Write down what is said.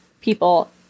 people